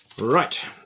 Right